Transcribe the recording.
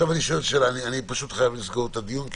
אני חייב לסגור את הדיון.